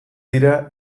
dira